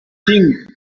cinc